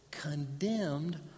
condemned